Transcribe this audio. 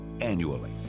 annually